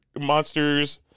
monsters